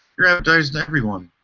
you are advertising to everyone.